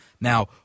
Now